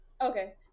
okay